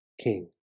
king